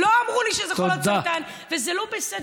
לא אמרו לי שזה על חולות סרטן, וזה לא בסדר.